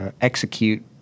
execute